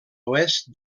oest